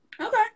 Okay